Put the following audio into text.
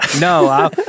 No